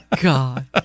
God